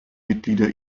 mitglieder